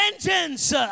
vengeance